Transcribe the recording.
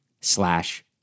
slash